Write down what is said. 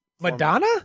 Madonna